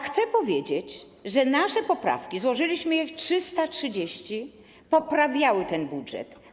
Chcę powiedzieć, że nasze poprawki - złożyliśmy ich 330 - poprawiały ten budżet.